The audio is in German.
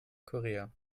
korea